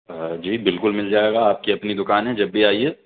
جی بالکل مل جائے گا آپ کی اپنی دکان ہے جب بھی آئیے